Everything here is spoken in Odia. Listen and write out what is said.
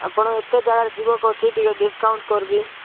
ଆପଣ ଏତେ ଜାଗାରେ ଯିବ କହୁଛି ଟିକେ ଡିସ୍କାଉଣ୍ଟ୍ କରବି